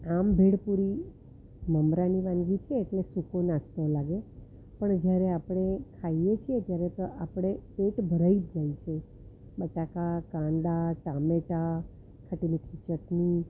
આમ ભેળપૂરી મમરાની વાનગી છે એટલે સૂકો નાસ્તો લાગે પણ જ્યારે આપણે ખાઈએ છીએ ત્યારે તો આપણે પેટ ભરાઈ જ જાય છે બટાકા કાંદા ટામેટાં ખાટી મીઠી ચટણી